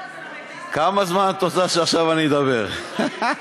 כמה זמן את רוצה שאני אדבר עכשיו?